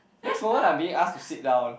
next moment I'm being asked to sit down